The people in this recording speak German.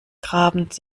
grabens